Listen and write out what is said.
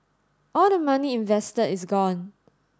all the money invested is gone